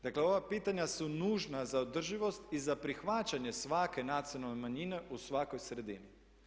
Dakle ova pitanja su nužna za održivost i za prihvaćanje svake nacionalne manjine u svakoj sredini.